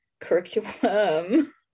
curriculum